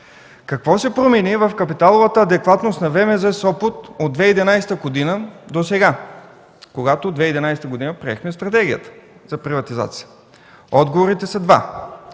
Какво се промени в капиталовата адекватност на ВМЗ – Сопот, от 2011 г. досега, когато през 2011 г. приехме стратегията за приватизация? Отговорите са два: